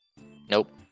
Nope